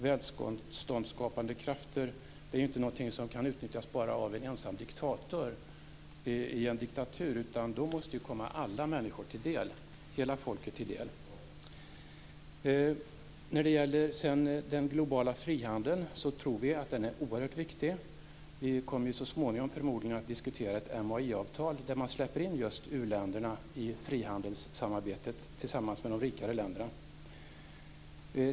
Välståndsskapande krafter är inte någonting som kan utnyttjas enbart av en ensam diktator i en diktatur. De måste ju komma hela folket till del. Den globala frihandeln tror vi är oerhört viktig. Vi kommer så småningom förmodligen att diskutera ett MAI-avtal där man just släpper in u-länderna i frihandelssamarbetet med de rikare länderna.